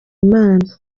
imana